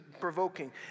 provoking